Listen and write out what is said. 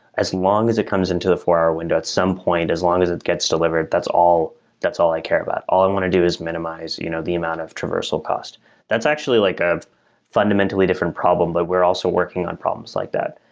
as long as it comes into the four hour window at some point, as long as it gets delivered, that's all that's all i care about. all i want to do is minimize you know the amount of traversal cost that's actually like a fundamentally different problem, but we're also working on problems like that.